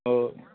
ஓ